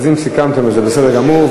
אז אם סיכמתם, זה בסדר גמור.